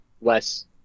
less